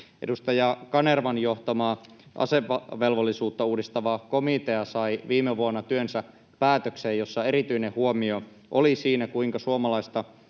Edustaja Kanervan johtama asevelvollisuutta uudistava komitea sai viime vuonna päätökseen työnsä, jossa erityinen huomio oli siinä, kuinka suomalaista